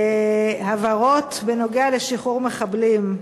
הבהרות בדבר שחרור מחבלים,